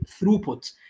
throughput